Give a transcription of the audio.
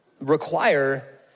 require